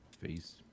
Face